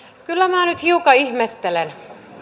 kyllä minä nyt hiukan ihmettelen